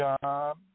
job